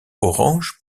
orange